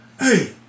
Hey